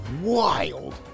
wild